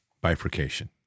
bifurcation